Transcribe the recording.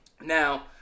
Now